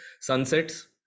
sunsets